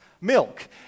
milk